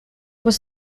was